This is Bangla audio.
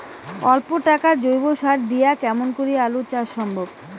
অল্প টাকার জৈব সার দিয়া কেমন করি আলু চাষ সম্ভব?